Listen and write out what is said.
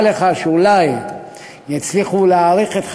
לך שאולי יצליחו בו להאריך את חייו,